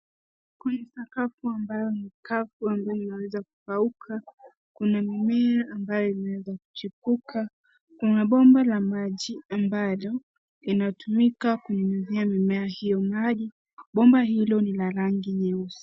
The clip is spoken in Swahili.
Kwenye sakafu ambayo ni kavu ambayo imeweza kukauka, kuna mimea ambayo imeweza kuchipuka. Kuna bomba la maji ambalo inatumika kunyunyizia mimea hio maji. Bomba hilo ni la rangi nyeusi.